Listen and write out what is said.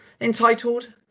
entitled